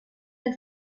del